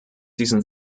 diesen